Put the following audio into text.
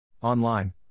online